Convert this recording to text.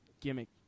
gimmick